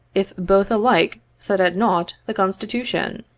if both alike set at nought the constitution